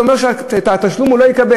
ואתה אומר שאת התשלום הוא לא יקבל.